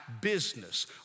business